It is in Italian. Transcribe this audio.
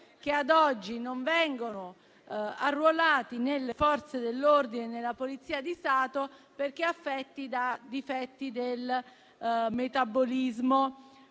che, ad oggi, non vengono arruolati nelle Forze dell'ordine e nella Polizia di Stato perché affetti da difetti del metabolismo